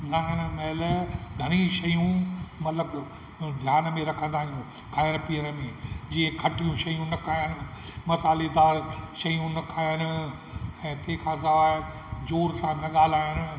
ॻाइण महिल घणई शयूं मतिलबु ध्यान में रखंदा आहियूं खाइणु पीअण में जीअं खटियूं शयूं न खाइण मसाल्हेदारु शयूं न खाइणु ऐं तंहिं खां सवाइ ज़ोर सां न ॻाल्हाइणु